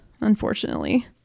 unfortunately